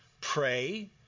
pray